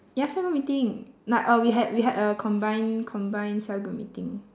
ya cell group meeting like uh we had we had a combined combined cell group meeting